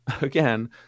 again